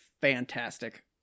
fantastic